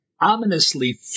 ominously